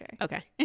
okay